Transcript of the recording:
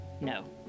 no